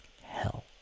hell